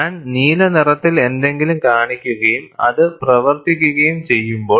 ഞാൻ നീല നിറത്തിൽ എന്തെങ്കിലും കാണിക്കുകയും അത് പ്രവർത്തിക്കുകയും ചെയ്യുമ്പോൾ